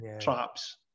traps